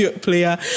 player